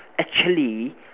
actually